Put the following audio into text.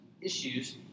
issues